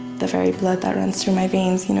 the very blood that runs through my veins, you know